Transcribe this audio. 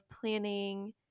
planning